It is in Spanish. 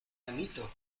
amito